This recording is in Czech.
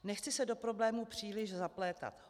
Nechci se do problému příliš zaplétat.